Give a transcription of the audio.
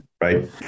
right